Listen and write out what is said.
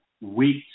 Week